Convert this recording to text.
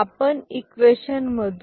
A B A